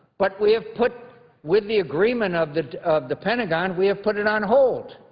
but we have put with the agreement of the of the pentagon, we have put it on hold.